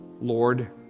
lord